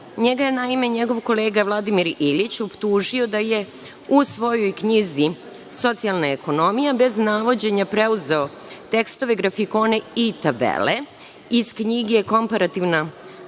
Njega je naime njegov kolega Vladimir Ilić optužio da je u svojoj knjizi „Socijalna ekonomija“ bez navođenja preuzeo tekstove, grafikone i tabele iz knjige „Komparativna